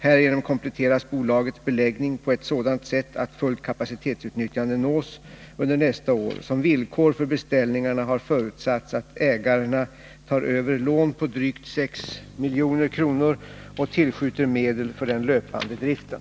Härigenom kompletteras bolagets beläggning på ett sådant sätt att fullt kapacitetsutnyttjande nås under nästa år. Som villkor för beställningarna har förutsatts att ägarna tar över lån på drygt 6 milj.kr. och tillskjuter medel för den löpande driften.